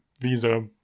visa